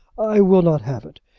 i will not have it.